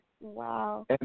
Wow